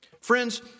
Friends